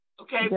Okay